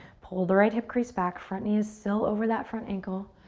pull the right hip crease back. front knee is still over that front ankle.